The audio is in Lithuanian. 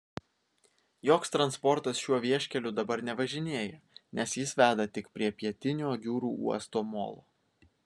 joks transportas šiuo vieškeliu dabar nevažinėja nes jis veda tik prie pietinio jūrų uosto molo